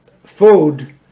food